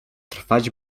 trwać